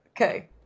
Okay